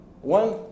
One